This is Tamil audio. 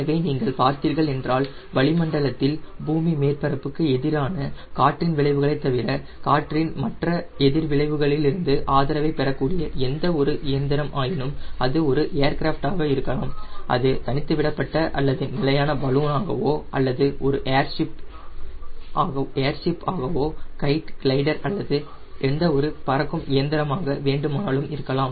எனவே நீங்கள் பார்த்தீர்கள் என்றால் வளிமண்டலத்தில் பூமி மேற்பரப்புக்கு எதிரான காற்றின் எதிர்வினைகளைத் தவிர காற்றின் மற்ற எதிர்விளைவுகளிலிருந்து ஆதரவைப் பெறக்கூடிய எந்த ஒரு இயந்திரம் ஆயினும் அது ஒரு ஏர் கிராப்ட் ஆக இருக்கலாம் அது தனித்து விடப்பட்ட அல்லது நிலையான பலூனாகவோ அல்லது ஒரு ஏர் ஷிப் கைட்டு கிளைடர் அல்லது எந்த ஒரு பறக்கும் எந்திரமாக வேண்டுமானாலும் இருக்கலாம்